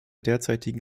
derzeitigen